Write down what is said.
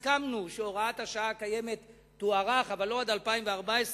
הסכמנו שהוראת השעה הקיימת תוארך, אבל לא עד 2014,